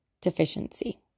deficiency